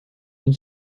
une